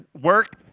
work